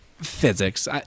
physics